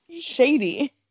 Shady